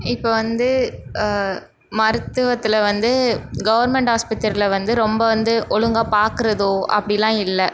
இப்போ வந்து மருத்துவத்தில் வந்து கவர்மெண்ட் ஆஸ்பத்திரியில வந்து ரொம்ப வந்து ஒழுங்காக பார்க்குறதோ அப்படிலாம் இல்லை